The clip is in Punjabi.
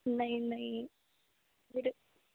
ਨਹੀਂ ਨਹੀਂ ਵੀਰੇ